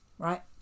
right